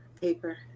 paper